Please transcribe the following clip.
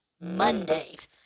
Mondays